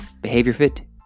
BehaviorFit